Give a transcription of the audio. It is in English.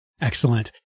Excellent